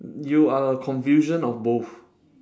you are a confusion of both